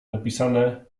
napisane